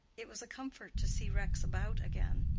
it was a comfort to see rex about again.